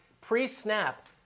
pre-snap